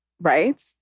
Right